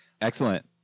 Excellent